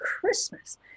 Christmas